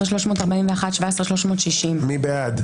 17,001 עד 17,020. מי בעד?